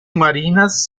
marinas